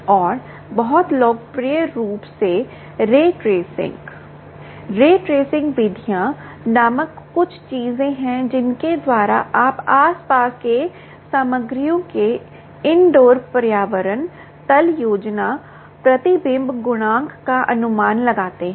और बहुत लोकप्रिय रूप से रे ट्रेसिंग रे ट्रेसिंग विधियां नामक कुछ चीजें हैं जिनके द्वारा आप आसपास के सामग्रियों के इनडोर पर्यावरण तल योजना प्रतिबिंब गुणांक का अनुमान लगाते हैं